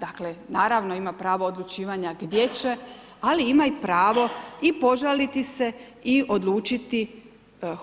Dakle naravno ima pravo odlučivanja gdje će, ali ima pravo i požaliti se i odlučiti